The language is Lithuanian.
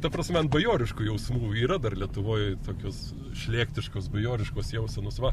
ta prasme ant bajoriškų jausmų yra dar lietuvoj tokios šlėktiškos bajoriškos jausenos va